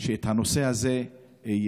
לקדם את הנושא הזה.